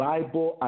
Bible